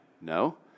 No